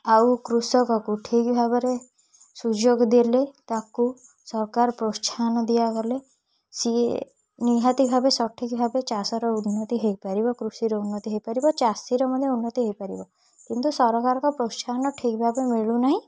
ଆଉ କୃଷକକୁ ଠିକ୍ ଭାବରେ ସୁଯୋଗ ଦେଲେ ତାକୁ ସରକାର ପ୍ରୋତ୍ସାହନ ଦିଆଗଲେ ସିଏ ନିହାତି ଭାବେ ସଠିକ୍ ଭାବେ ଚାଷର ଉନ୍ନତି ହେଇପାରିବ କୃଷିର ଉନ୍ନତି ହେଇପାରିବ ଚାଷୀର ମଧ୍ୟ ଉନ୍ନତି ହେଇପାରିବ କିନ୍ତୁ ସରକାରଙ୍କ ପ୍ରୋତ୍ସାହନ ଠିକ୍ ଭାବେ ମିଳୁନାହିଁ